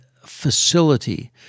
facility